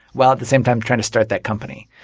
while at the same time trying to start that company.